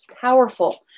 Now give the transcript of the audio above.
powerful